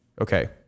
Okay